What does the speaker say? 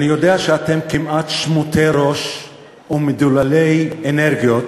אני יודע שאתם כמעט שמוטי ראש ומדוללי אנרגיות,